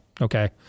okay